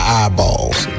eyeballs